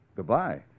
Goodbye